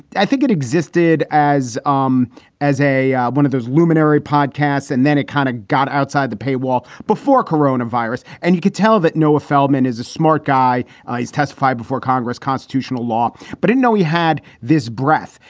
i think it existed as um as a one of those luminary podcasts. and then it kind of got outside the paywall before corona virus. and you could tell that noah feldman is a smart guy. he's testified before congress constitutional law, but didn't know he had this breath.